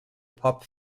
pop